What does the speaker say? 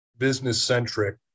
business-centric